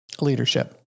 leadership